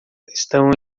estão